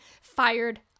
fired